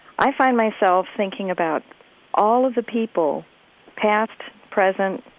i find myself thinking about all of the people past, present,